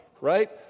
right